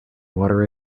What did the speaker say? water